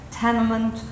Tenement